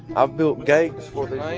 i've built gates for